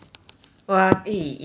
!wah! eh imagine